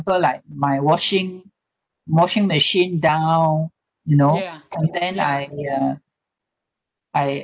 like my washing washing machine down you know then I uh I